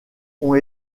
ont